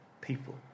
people